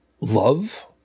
love